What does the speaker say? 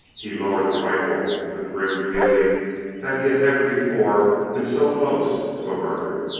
he lowered the rifle with a grim feeling that he had never before been so close to a murder.